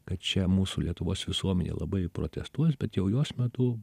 kad čia mūsų lietuvos visuomenė labai protestuos bet jau jos metu